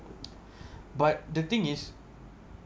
but the thing is